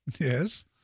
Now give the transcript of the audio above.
Yes